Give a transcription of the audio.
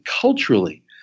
culturally